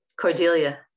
Cordelia